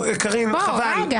קארין, חבל.